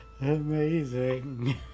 Amazing